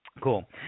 Cool